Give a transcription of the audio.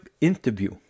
interview